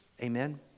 Amen